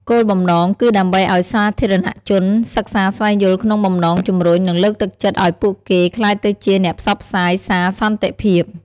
គោលបំណងគឺដើម្បីឱ្យសាធារណៈជនសិក្សាស្វែងយល់ក្នុងបំណងជម្រុញ និងលើកទឹកចិត្តឱ្យពួកគេក្លាយទៅជាអ្នកផ្សព្វផ្សាយសារសន្តិភាព។